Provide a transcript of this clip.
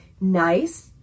nice